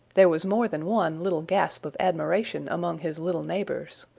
there was more than one little gasp of admiration among his little neighbors.